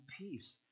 peace